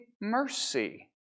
mercy